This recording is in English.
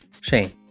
Shane